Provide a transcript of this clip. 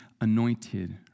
anointed